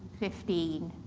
fifteen,